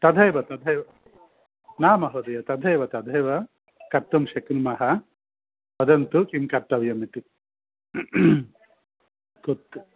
तथैव तथैव न महोदय तथैव तथैव कर्तुं शक्नुमः परन्तु किं कर्तव्यम् इति कुत्र